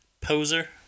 poser